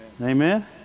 Amen